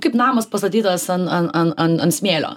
kaip namas pastatytas an an an an an smėlio